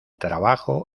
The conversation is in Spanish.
trabajo